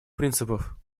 принципов